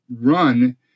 run